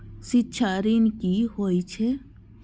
शिक्षा ऋण की होय छै?